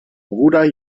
bruder